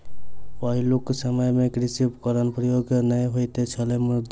पहिलुक समय मे कृषि उपकरणक प्रयोग नै होइत छलै मुदा